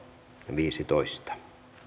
viisitoista pöydällepanoa varten